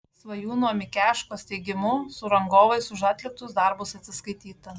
svajūno mikeškos teigimu su rangovais už atliktus darbus atsiskaityta